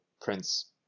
prince